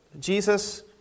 Jesus